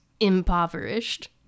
impoverished